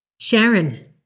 Sharon